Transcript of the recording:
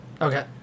Okay